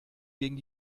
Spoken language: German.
gegen